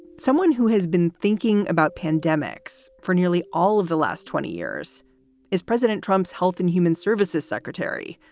someone who has been thinking about pandemics for nearly all of the last twenty years is president trump's health and human services secretary,